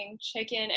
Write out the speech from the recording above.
chicken